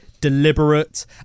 deliberate